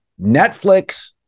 Netflix